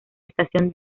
estación